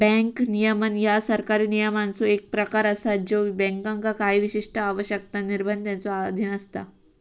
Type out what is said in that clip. bank नियमन ह्या सरकारी नियमांचो एक प्रकार असा ज्यो बँकांका काही विशिष्ट आवश्यकता, निर्बंधांच्यो अधीन असता